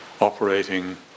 operating